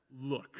look